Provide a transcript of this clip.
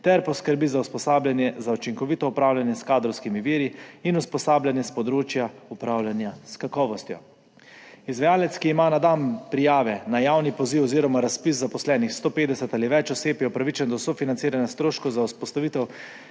ter poskrbi za usposabljanje za učinkovito upravljanje s kadrovskimi viri in usposabljanje s področja upravljanja s kakovostjo. Izvajalec, ki ima na dan prijave na javni poziv oziroma razpis zaposlenih 150 ali več oseb, je upravičen do sofinanciranja stroškov za vzpostavitev